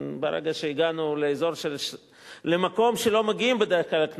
ברגע שהגענו למקום שהכנסות לא מגיעות אליו בדרך כלל,